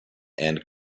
and